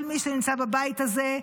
כל מי שנמצא בבית הזה,